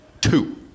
two